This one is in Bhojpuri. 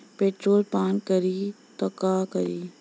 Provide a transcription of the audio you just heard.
पेट्रोल पान करी त का करी?